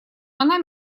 она